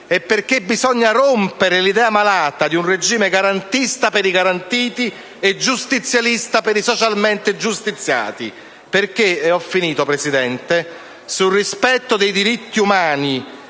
perché bisogna rompere l'idea malata di un regime garantista per i garantiti e giustizialista per i socialmente giustiziati, perché sul rispetto dei diritti umani,